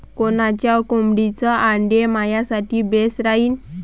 कोनच्या कोंबडीचं आंडे मायासाठी बेस राहीन?